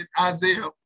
Isaiah